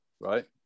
right